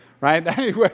Right